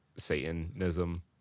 Satanism